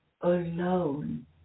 alone